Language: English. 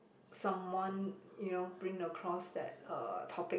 someone you know bring across that uh topic